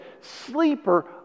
Sleeper